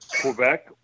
Quebec